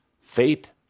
fate